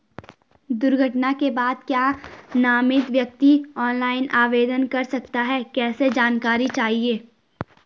दुर्घटना के बाद क्या नामित व्यक्ति ऑनलाइन आवेदन कर सकता है कैसे जानकारी चाहिए?